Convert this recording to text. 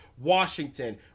Washington